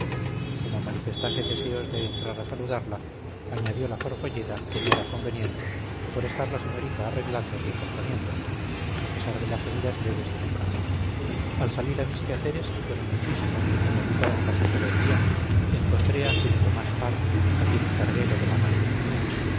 como manifestase deseos de entrar a saludarla añadió la forfolleda que no era conveniente por estar la señorita arreglándose y componiéndose a pesar de las heridas leves de su brazo al salir a mis quehaceres que fueron muchísimos y me ocuparon casi todo el día encontré a sir tomás parr a quien encargué lo de la maleta